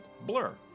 Blur